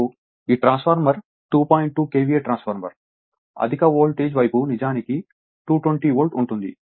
2 KVA transformer కాబట్టి అధిక voltage వైపు నిజానికి 220 వోల్ట్ ఉంటుంది